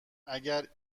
اگر